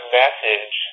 message